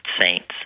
saints